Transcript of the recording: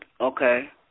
Okay